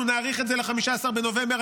אנחנו נאריך את זה ל-15 בנובמבר.